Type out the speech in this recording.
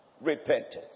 repentance